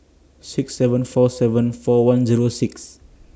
six seven four seven four one Zero six